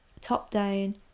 top-down